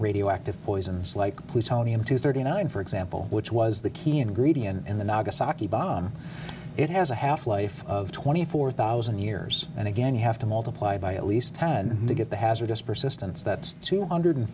radioactive poisons like plutonium two thirty nine for example which was the key ingredient in the nagasaki bomb it has a half life of twenty four thousand years and again you have to multiply by at least ten to get the hazardous persistence that's two hundred